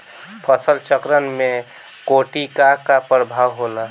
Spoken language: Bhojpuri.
फसल चक्रण में कीटो का का परभाव होला?